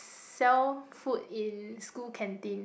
sell food in school canteen